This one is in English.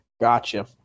Gotcha